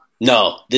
No